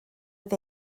oedd